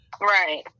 Right